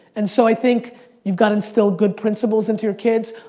and so i think you've got to instill good principles into your kids.